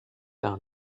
par